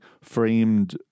framed